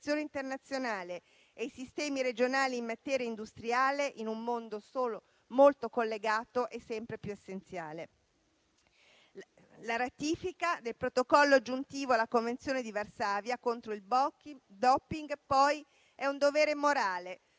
La ratifica del protocollo aggiuntivo alla Convenzione di Varsavia contro il *doping*, poi, è un dovere morale